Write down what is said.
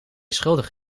schuldig